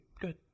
Good